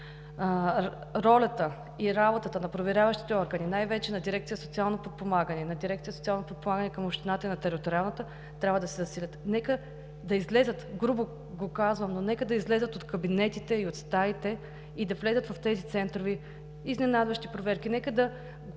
ролята и работата на проверяващите органи – най-вече на дирекция „Социално подпомагане“ и на дирекция „Социално подпомагане“ към общината и на територията, трябва да се засилят. Нека да излязат от кабинетите и от стаите и да влязат в тези центрове – изненадващи проверки.